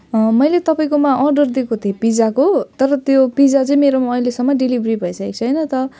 मैले तपाईँकोमा अर्डर दिएको थिएँ पिज्जाको तर त्यो पिज्जा चाहिँ मेरोमा अहिलेसम्म डेलिभेरी भइसकेको छैन त